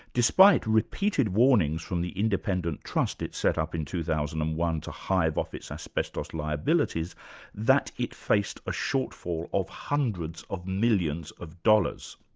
despite repeated warnings from the independent trust it set up in two thousand and one to hive off its asbestos liabilities that it faced a shortfall of hundreds of millions of dollars.